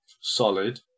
solid